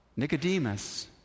Nicodemus